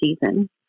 season